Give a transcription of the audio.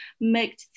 make